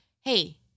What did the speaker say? hey